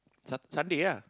sun Sunday ya